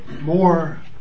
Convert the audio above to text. more